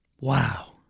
Wow